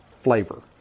flavor